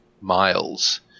miles